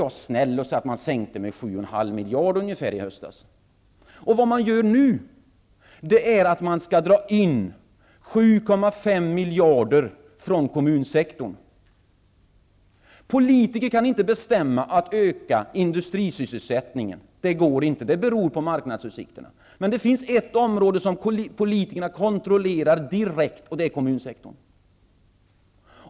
Jag är snäll om jag säger att man sänkte skatterna med ungefär 7,5 miljarder i höstas. Nu skall man dra in 7,5 miljarder från kommunsektorn. Politiker kan inte bestämma att industrisysselsättningen skall öka. Det går inte. Det beror på marknadsutsikterna. Men det finns ett område som politikerna kontrollerar direkt. Det är kommunsektorn.